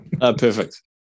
Perfect